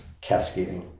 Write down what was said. cascading